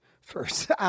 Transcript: first